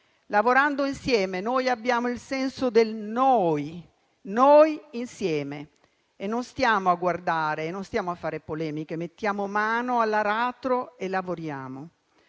Lavorando insieme, noi abbiamo il senso del "noi": noi insieme. Non stiamo a guardare e non stiamo a fare polemiche, ma mettiamo mano all'aratro e lavoriamo.